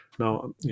Now